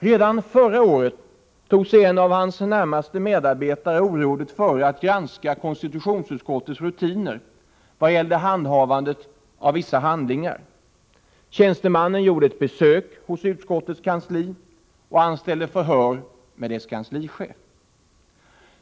Redan förra året tog sig en av hans närmaste medarbetare orådet före att granska utskottets rutiner vad gällde handhavandet av vissa handlingar. Tjänstemannen gjorde ett besök hos utskottets kansli och anställde förhör med dess kanslichef.